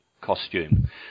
costume